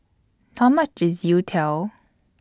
How much IS Youtiao